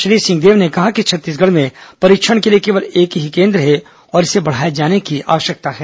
श्री सिंहदेव ने कहा कि छत्तीसगढ़ में परीक्षण के लिए केवल एक ही केन्द्र हैं और इसे बढ़ाए जाने की आवश्यकता है